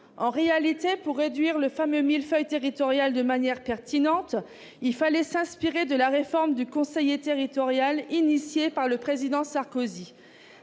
nos voisins. Pour réduire le fameux millefeuille territorial de manière pertinente, il aurait fallu s'inspirer de la réforme du conseiller territorial lancée par le Président Sarkozy.